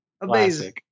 amazing